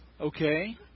Okay